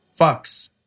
fucks